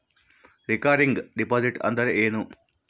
Recurring deposit ಅಂದರೇನು?